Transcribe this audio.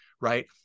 right